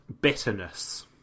bitterness